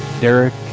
Derek